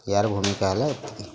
ଏହାର ଭୂମିକା ହେଲା ଏତିକି